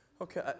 Okay